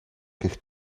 гэх